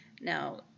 Now